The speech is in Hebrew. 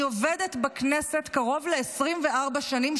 אני עובדת בכנסת קרוב ל-24 שנים,